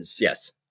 Yes